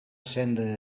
senda